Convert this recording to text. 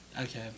Okay